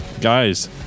guys